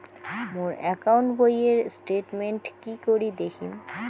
মোর account বইয়ের statement কি করি দেখিম?